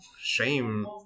shame